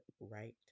right